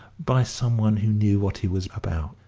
by some one who knew what he was about.